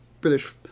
British